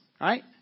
right